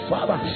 Father